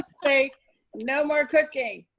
say no more cooking.